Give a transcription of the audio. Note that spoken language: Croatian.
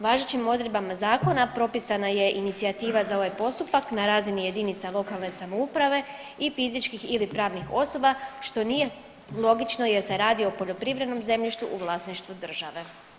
Važećim odredbama zakona propisana je inicijativa za ovaj postupak na razini jedinica lokalne samouprave i fizičkih ili pravnih osoba što nije logično jer se radi o poljoprivrednom zemljištu u vlasništvu države.